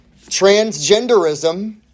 Transgenderism